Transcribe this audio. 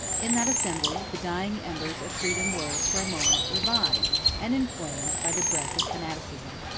in that assembly, the dying embers of freedom were, for a moment, revived and inflamed by the breath of fanaticism.